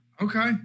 Okay